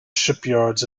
shipyards